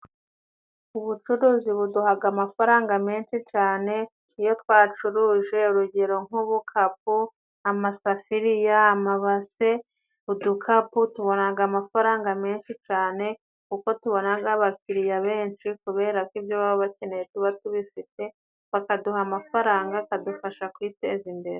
Ubucuruzi buduhaga amafaranga menshi cyane. Iyo twacuruje urugero nk'ubukapu, amasafiririya amabase, udukapu tubonaga amafaranga menshi cyane kuko tubonaga n'abakiriya benshi kubera ko ibyo baba bakeneye tuba tubifite, bakaduha amafaranga akadufasha kwiteza imbere.